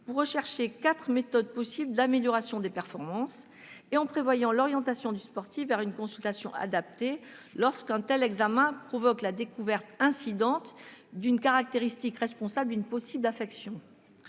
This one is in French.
de rechercher quatre méthodes possibles d'amélioration des performances. Il prévoit également l'orientation du sportif vers une consultation adaptée lorsqu'un tel examen entraîne la découverte incidente d'une caractéristique responsable d'une possible affection.